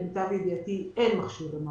למיטב ידיעתי אין מכשיר MRI,